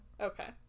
Okay